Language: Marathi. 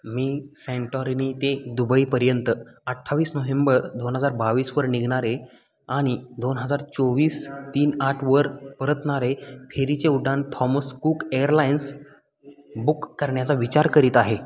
मी सॅन्टॉरिनी ते दुबईपर्यंत अठ्ठावीस नोव्हेंबर दोन हजार बावीसवर निघणारे आणि दोन हजार चोवीस तीन आठवर परतणारे फेरीचे उडाण थॉमस कूक एअरलाइन्स बुक करण्याचा विचार करीत आहे